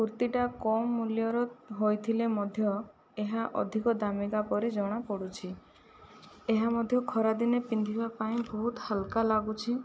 କୁର୍ତ୍ତୀଟା କମ ମୂଲ୍ୟର ହୋଇଥିଲେ ମଧ୍ୟ ଏହା ଅଧିକ ଦାମିକା ପରି ଜଣାପଡ଼ୁଛି ଏହା ମଧ୍ୟ ଖରାଦିନେ ପିନ୍ଧିବା ପାଇଁ ବହୁତ ହାଲ୍କା ଲାଗୁଛି